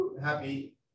Happy